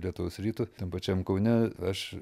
lietuvos rytu tam pačiam kaune aš